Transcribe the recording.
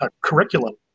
curriculum